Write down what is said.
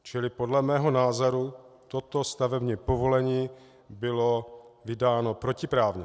Čili podle mého názoru toto stavební povolení bylo vydáno protiprávně.